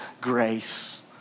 grace